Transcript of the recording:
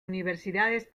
universidades